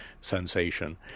sensation